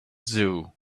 zoo